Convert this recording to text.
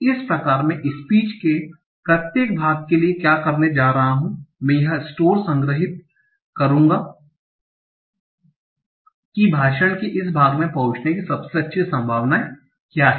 इस प्रकार मैं स्पीच के प्रत्येक भाग के लिए क्या करने जा रहा हूं मैं यह स्टोर करूंगा कि भाषण के इस भाग में पहुंचने की सबसे अच्छी संभावना क्या है